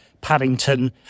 Paddington